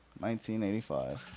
1985